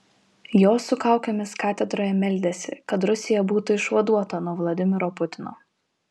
jos su kaukėmis katedroje meldėsi kad rusija būtų išvaduota nuo vladimiro putino